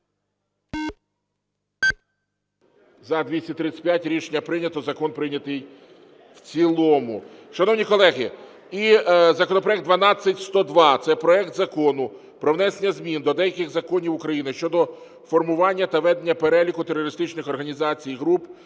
За-235 Рішення прийнято. Закон прийнятий в цілому. Шановні колеги, і законопроект 12102. Це проект Закону про внесення змін до деяких законів України щодо формування та ведення переліку терористичних організацій (груп).